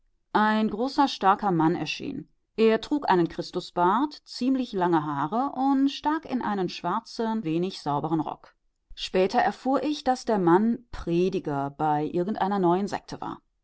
ein großer starker mann erschien er trug einen christusbart ziemlich lange haare und stak in einem schwarzen wenig sauberen rock später erfuhr ich daß der mann prediger bei irgendeiner neuen sekte war